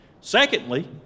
Secondly